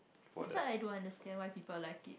that's why I don't understand why people like it